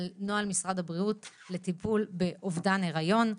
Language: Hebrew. נתנו כדוגמאות אזורים כמו בית"ר עילית שנמצא ביהודה ושומרון כביכול,